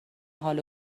حال